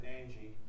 Angie